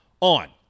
on